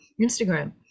instagram